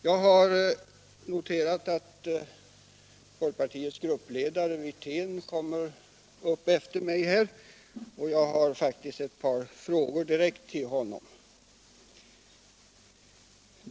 Jag har noterat att folkpartiets gruppledare, herr Wirtén, kommer att tala efter mig och jag skulle vilja ställa ett par frågor direkt till honom.